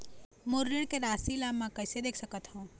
मोर ऋण के राशि ला म कैसे देख सकत हव?